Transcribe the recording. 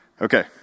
Okay